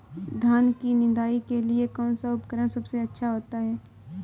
धान की निदाई के लिए कौन सा उपकरण सबसे अच्छा होता है?